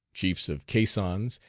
chiefs of caissons,